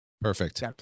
Perfect